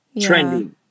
trending